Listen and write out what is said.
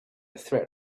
threat